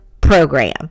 program